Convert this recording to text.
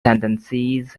tendencies